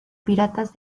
piratas